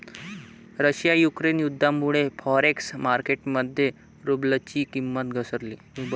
Russia Ukraine युद्धामुळे forex market मध्ये रुबलची किंमत घसरली